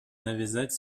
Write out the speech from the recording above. навязать